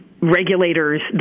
regulators